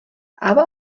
aber